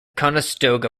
conestoga